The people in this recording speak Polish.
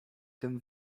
tym